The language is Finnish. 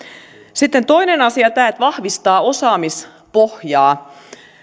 sitten toinen asia tämä että vahvistaa osaamispohjaa